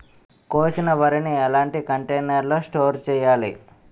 కోసిన వరిని ఎలాంటి కంటైనర్ లో స్టోర్ చెయ్యాలి?